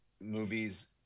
movies